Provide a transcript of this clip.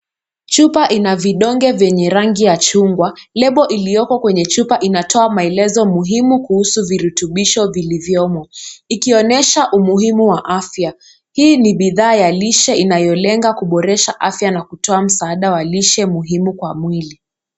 Chupa ina vidonge vyenye rangi ya chungwa. Lebo iliyoko kwenye chupa inatoa maelezo muhimu kuhusu virutubisho vilivyomo ikionyesha umuhimu wa afya. Hii ni bidhaa ya lishe inayolenga kuboresha afya na kutoa msaada wa lishe muhimu kwa mwili.